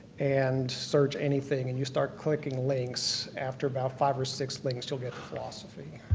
and search anything and you start clicking links, after about five or six links, you'll get to philosophy.